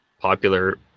popular